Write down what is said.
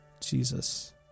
Jesus